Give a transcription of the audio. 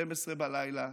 24:00,